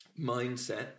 mindset